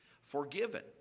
forgiven